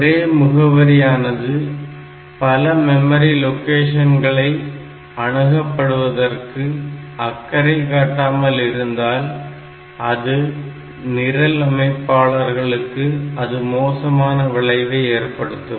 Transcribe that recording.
ஒரே முகவரியானது பல மெமரி லொகேஷன்களை அணுகப்படுவதற்கு அக்கறை காட்டாமல் இருந்தால் அது நிரலமைப்பாளர்களுக்கு அது மோசமான விளைவை ஏற்படுத்தும்